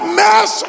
mess